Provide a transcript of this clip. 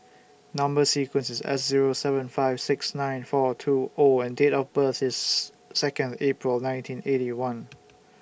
Number sequence IS S Zero seven five six nine four two O and Date of birth IS Second April nineteen Eighty One